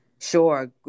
Sure